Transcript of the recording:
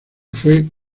fue